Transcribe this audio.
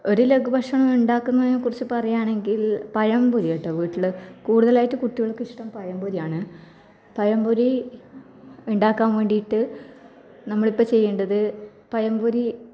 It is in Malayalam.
ഒരു ലഘുഭക്ഷണം ഉണ്ടാക്കുന്നതിനെക്കുറിച്ച് പറയുകയാണെങ്കിൽ പഴംപൊരിയാണ് കേട്ടോ വീട്ടില് കൂടുതലായിട്ട് കുട്ടികൾക്കിഷ്ടം പഴംപൊരിയാണ് പഴംപൊരി ഉണ്ടാക്കാൻ വേണ്ടിയിട്ട് നമ്മളിപ്പം ചെയ്യേണ്ടത് പഴംപൊരി